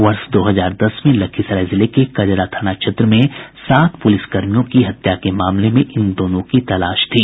वर्ष दो हजार दस में लखीसराय जिले के कजरा थाना क्षेत्र में सात पुलिसकर्मियों की हत्या के मामले में इन दोनों की तलाश थी